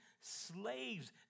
Slaves